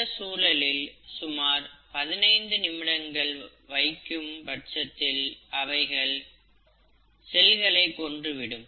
இந்த சூழலில் சுமார் 15 நிமிடங்கள் வைக்கும் பட்சத்தில் அவைகள் செல்களை கொன்றுவிடும்